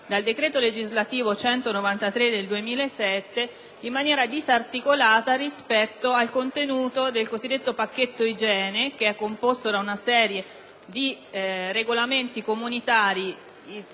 dal decreto legislativo n. 193 del 2007 in maniera disarticolata rispetto al contenuto del cosiddetto pacchetto igiene che è composto da una serie di regolamenti comunitari